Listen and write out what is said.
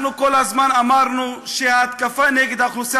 אנחנו כל הזמן אמרנו שההתקפה נגד האוכלוסייה